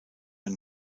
ein